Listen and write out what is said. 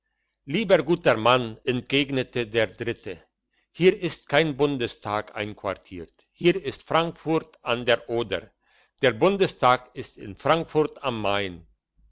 lieber guter mann entgegnete der dritte hier ist kein bundestag einquartiert hier ist frankfurt an der oder der bundestag ist in frankfurt am main